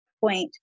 point